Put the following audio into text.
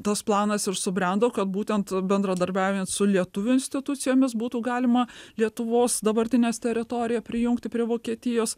tas planas ir subrendo kad būtent bendradarbiaujant su lietuvių institucijomis būtų galima lietuvos dabartinės teritoriją prijungti prie vokietijos